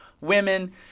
Women